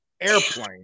airplane